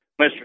Mr